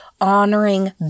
honoring